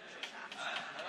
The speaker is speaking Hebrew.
אבל